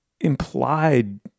implied